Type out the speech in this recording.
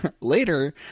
later